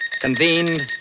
Convened